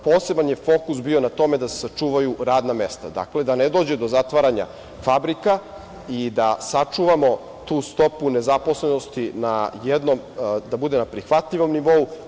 Poseban je fokus bio na tome da se sačuvaju radna mesta, dakle, da ne dođe do zatvaranja fabrika i da sačuvamo tu stopu nezaposlenosti, da bude na prihvatljivom nivou.